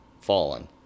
fallen